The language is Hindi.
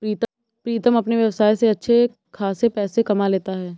प्रीतम अपने व्यवसाय से अच्छे खासे पैसे कमा लेता है